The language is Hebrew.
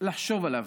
לחשוב עליו.